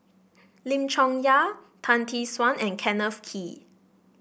Lim Chong Yah Tan Tee Suan and Kenneth Kee